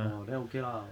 orh then okay lah